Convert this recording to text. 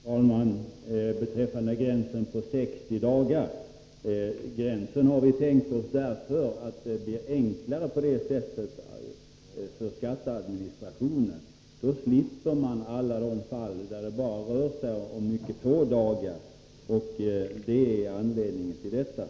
Fru talman! Jag vill beträffande gränsen vid 60 dagar säga att vi har tänkt oss den gränsen därför att det på det sättet blir enklare för skatteadministrationen. Man slipper därmed alla de fall där det rör sig om mycket få dagar.